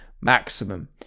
maximum